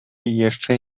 jeszcze